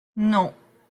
non